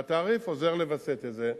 והתעריף עוזר לווסת את זה.